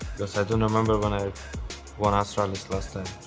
because i don't remember when i won astralis last time.